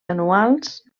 anuals